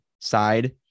side